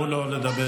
קצת יותר כואב מזה,